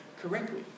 correctly